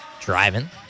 Driving